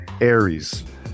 Aries